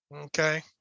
Okay